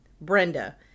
Brenda